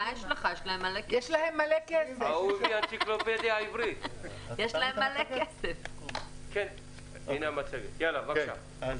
מי